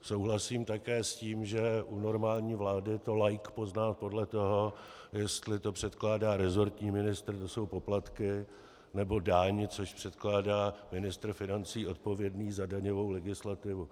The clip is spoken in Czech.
Souhlasím také s tím, že u normální vlády to laik pozná podle toho, jestli to předkládá resortní ministr, že jsou poplatky, nebo daň, což předkládá ministr financí odpovědný za daňovou legislativu.